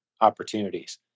opportunities